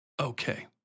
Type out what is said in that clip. okay